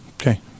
Okay